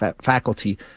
Faculty